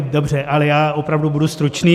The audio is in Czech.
Dobře, ale opravdu budu stručný.